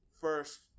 first